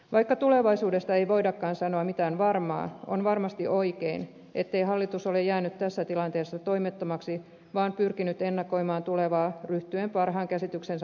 vaikka tulevaisuudesta ei voidakaan sanoa mitään varmaa on varmasti oikein ettei hallitus ole jäänyt tässä tilanteessa toimettomaksi vaan pyrkinyt ennakoimaan tulevaa ryhtyen parhaan käsityksensä mukaisiin toimenpiteisiin